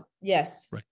Yes